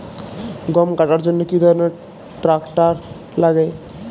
গম কাটার জন্য কি ধরনের ট্রাক্টার লাগে?